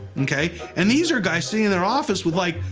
ok. and these are guys sitting in their office with like,